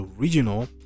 original